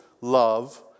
love